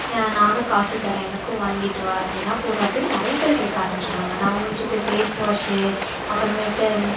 நானும் காசு தரேன் எனக்கும் வாங்கிட்டு வா நீ என்ன போடுற அப்படின்னு நிறைய பேர் கேட்க ஆரமிச்சுட்டாங்க நான் மூஞ்சிக்கு ஃபேஸ் வாஷ்ஷு அப்புறமேட்டு